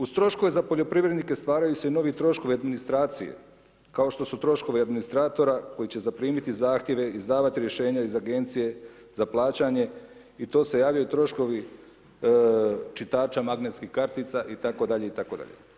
Uz troškove za poljoprivrednike stvaraju se novi troškovi administracije kao što su troškovi administratora koji će zaprimiti zahtjeve, izdavati rješenja iz Agencije za plaćanje i to se javljaju troškovi čitača magnetnih kartica itd., itd.